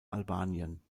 albanien